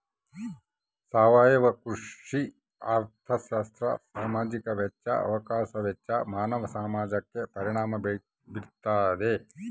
ಸಾವಯವ ಕೃಷಿ ಅರ್ಥಶಾಸ್ತ್ರ ಸಾಮಾಜಿಕ ವೆಚ್ಚ ಅವಕಾಶ ವೆಚ್ಚ ಮಾನವ ಸಮಾಜಕ್ಕೆ ಪರಿಣಾಮ ಬೀರ್ತಾದ